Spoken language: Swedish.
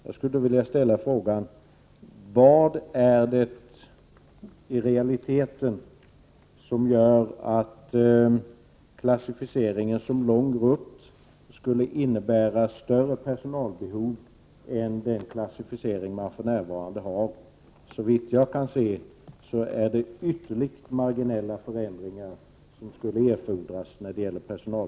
Jag skulle då vilja ställa följande fråga: Vad är det i realiteten som gör att klassificeringen av linjen som lång rutt skulle innebära större personalbehov än om linjen har nuvarande klassificering? Såvitt jag förstår är det utomordentligt marginella förändringar som skulle erfordras i fråga om personal.